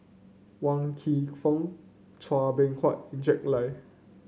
Wan Kam Fook Chua Beng Huat Jack Lai